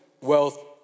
wealth